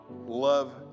love